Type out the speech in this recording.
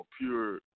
pure